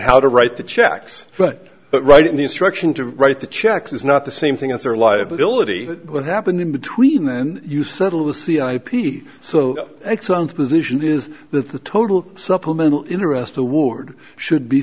how to write the checks but write in the instruction to write the checks is not the same thing as their liability what happened in between then you settle the c i p so its own position is that the total supplemental interest to ward should be